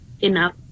enough